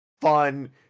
fun